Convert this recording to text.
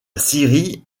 syrie